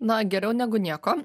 na geriau negu nieko